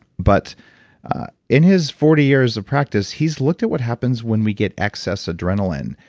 but in his forty years of practice, he's looked at what happens when we get excess adrenaline,